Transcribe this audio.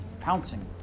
pouncing